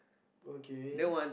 okay